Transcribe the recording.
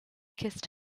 kissed